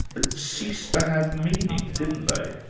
ah ceased to have meaning, didn't they?